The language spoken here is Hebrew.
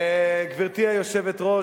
גברתי היושבת-ראש,